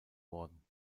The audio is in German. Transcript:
worden